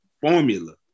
formula